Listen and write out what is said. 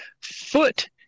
foot